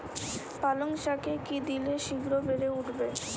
পালং শাকে কি দিলে শিঘ্র বেড়ে উঠবে?